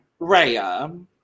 Raya